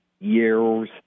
years